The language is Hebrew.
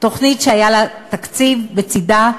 תוכנית שהיה תקציב בצדה,